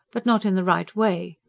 but not in the right way.